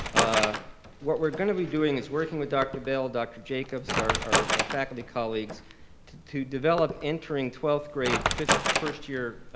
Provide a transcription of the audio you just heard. ah what we're gonna be doing is working with dr. bell, dr. jacobs our faculty colleagues to to develop entering twelfth grade first year